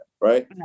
right